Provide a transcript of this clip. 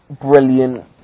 brilliant